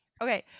Okay